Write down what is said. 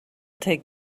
take